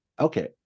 okay